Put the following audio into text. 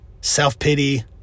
Self-pity